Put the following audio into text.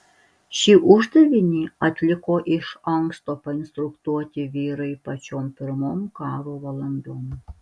šį uždavinį atliko iš anksto painstruktuoti vyrai pačiom pirmom karo valandom